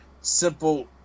simple